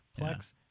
Plex